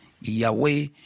Yahweh